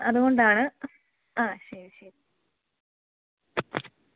അതുകൊണ്ടാണ് ആ ശെരി ശെരി